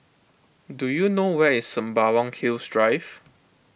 do you know where is Sembawang Hills Drive